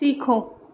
सीखो